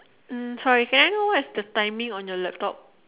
um sorry can I know what is the timing on your laptop